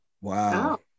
Wow